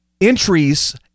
entries